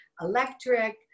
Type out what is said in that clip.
electric